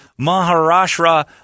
Maharashtra